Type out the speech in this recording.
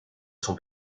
son